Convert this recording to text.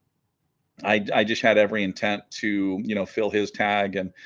i just had every intent to you know fill his tag and